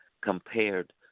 compared